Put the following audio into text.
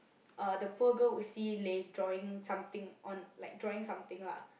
uh the poor girl would see Lei drawing something on like drawing something lah